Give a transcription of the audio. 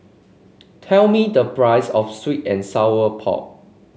tell me the price of sweet and Sour Pork